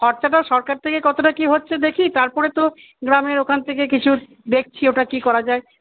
খরচাটাও সরকার থেকে কতটা কি হচ্ছে দেখি তারপরে তো গ্রামের ওখান থেকে কিছু দেখছি ওটা কি করা যায়